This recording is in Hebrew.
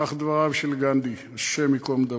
כך דבריו של גנדי, השם ייקום דמו,